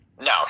No